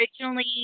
originally